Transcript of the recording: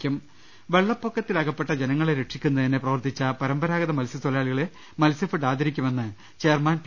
രുട്ട്ട്ട്ട്ട്ട്ട്ട വെള്ളപ്പൊക്കത്തിലകപ്പെട്ട ജനങ്ങളെ രക്ഷിക്കുന്നതിന് പ്രവർത്തിച്ച പര മ്പരാഗത മത്സ്യത്തൊഴിലാളികളെ മത്സ്യഫെഡ് ആദരിക്കുമെന്ന് ചെയർമാൻ പി